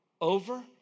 over